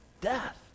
death